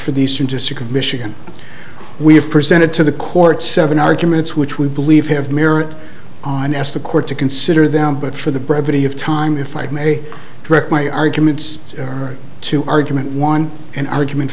of michigan we have presented to the court seven arguments which we believe have merit on ask the court to consider them but for the brevity of time if i may direct my arguments or to argument one an argument